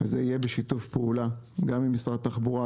זה יהיה בשיתוף פעולה עם משרד התחבורה,